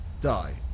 die